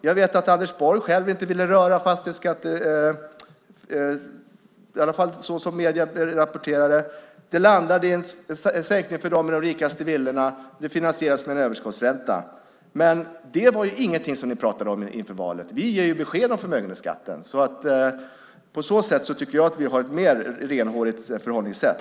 Enligt vad medierna rapporterade ville inte Anders Borg röra fastighetsskatten. Det landade i en sänkning för dem med de dyraste villorna. Det finansieras med en överskottsränta. Det pratade ni inte om inför valet. Vi ger ju besked om förmögenhetsskatten. Därför tycker jag att vi har ett mer renhårigt förhållningssätt.